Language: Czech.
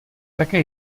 také